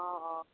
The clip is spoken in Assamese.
অ অ